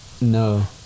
No